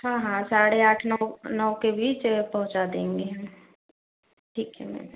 हाँ हाँ साढ़े आठ नौ नौ के बीच पहुँचा देंगे हम ठीक है मेडम